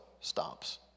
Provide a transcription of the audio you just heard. stops